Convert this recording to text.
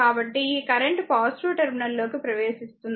కాబట్టి ఈ current terminal లోకి ప్రవేశిస్తుంది